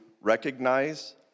recognize